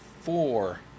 four